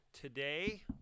today